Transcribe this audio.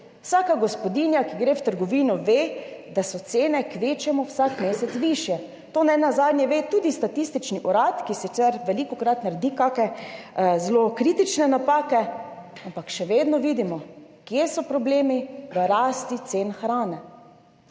vsaka gospodinja, ki gre v trgovino, ve, da so cene kvečjemu vsak mesec višje. To nenazadnje ve tudi Statistični urad, ki sicer velikokrat naredi kake zelo kritične napake, ampak še vedno vidimo, kje so problemi – v rasti cen hrane.